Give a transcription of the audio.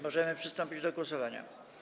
Możemy przystąpić do głosowania.